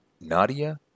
Nadia